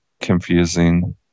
confusing